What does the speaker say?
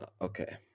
okay